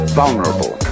vulnerable